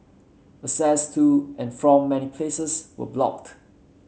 access to and from many places were blocked